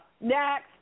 Next